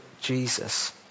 Jesus